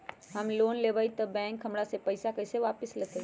हम लोन लेलेबाई तब बैंक हमरा से पैसा कइसे वापिस लेतई?